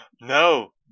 No